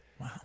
Wow